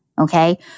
Okay